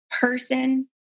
person